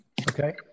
okay